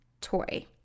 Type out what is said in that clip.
toy